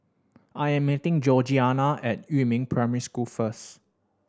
I am meeting Georgiana at Yumin Primary School first